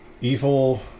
evil